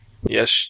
Yes